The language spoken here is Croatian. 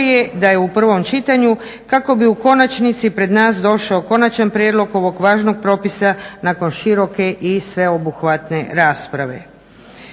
u prvom čitanju kako bi u konačnici pred nas došao konačan prijedlog ovog važnog propisa nakon široke i sveobuhvatne rasprave.